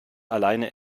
alleine